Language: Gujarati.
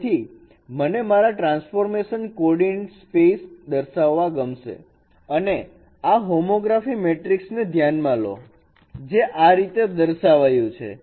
તેથી મને મારા ટ્રાન્સફોર્મેશન કોઓર્ડીનેટ સ્પેસ દર્શાવવા ગમશે અને આ હોમોગ્રાફી મેટ્રિક્સ ને ધ્યાનમાં લો જે આ રીતે દર્શાવાયું છે